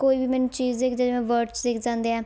ਕੋਈ ਵੀ ਮੈਨੂੰ ਚੀਜ਼ ਦਿੱਖ ਜੇ ਜਿਵੇਂ ਬਰਡਜ਼ ਦਿਖ ਜਾਂਦੇ ਆ